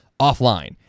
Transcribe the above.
offline